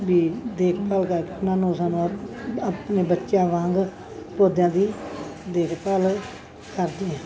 ਵੀ ਦੇਖਭਾਲ ਕਰਕੇ ਉਹਨਾਂ ਨੂੰ ਸਾਨੂੰ ਆਪ ਆਪਣੇ ਬੱਚਿਆਂ ਵਾਂਗ ਪੌਦਿਆਂ ਦੀ ਦੇਖਭਾਲ ਕਰਦੇ ਹਾਂ